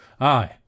Aye